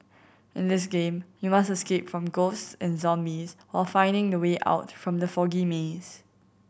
in this game you must escape from ghost and zombies while finding the way out from the foggy maze